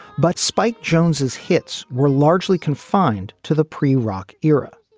but spike jones's hits were largely confined to the pre-rock era.